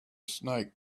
snake